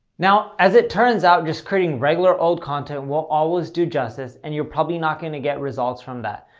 now, as it turns out, just creating regular old content won't always do justice and you're probably not going to get results from that.